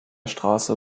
straße